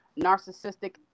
narcissistic